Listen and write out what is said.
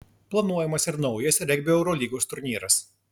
planuojamas ir naujas regbio eurolygos turnyras